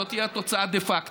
זו תהיה התוצאה דה פקטו,